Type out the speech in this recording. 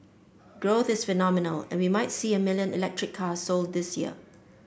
growth is phenomenal and we might see a million electric cars sold this year